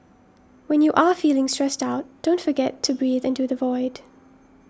when you are feeling stressed out don't forget to breathe into the void